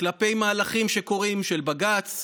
כלפי מהלכים שקורים, של בג"ץ,